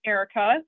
Erica